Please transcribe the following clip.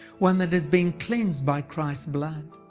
one that has been cleansed by christ's blood.